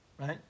right